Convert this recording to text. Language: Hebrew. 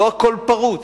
לא הכול פרוץ.